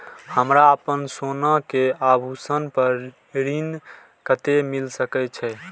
हमरा अपन सोना के आभूषण पर ऋण कते मिल सके छे?